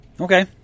Okay